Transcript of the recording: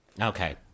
okay